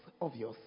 obvious